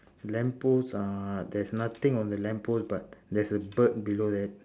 lamp post uh there's nothing on the lamp post but there's a bird below that